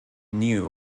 new